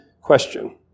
question